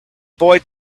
boy